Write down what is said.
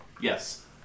Yes